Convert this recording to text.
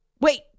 wait